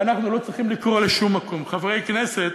ואנחנו לא צריכים לקרוא בשום מקום, חברי הכנסת,